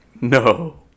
No